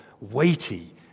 weighty